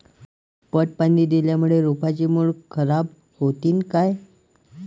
पट पाणी दिल्यामूळे रोपाची मुळ खराब होतीन काय?